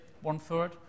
one-third